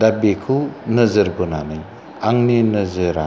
दा बेखौ नोजोर बोनानै आंनि नोजोरा